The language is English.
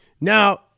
Now